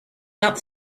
got